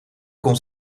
kon